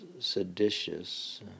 seditious